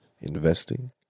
investing